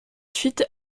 suite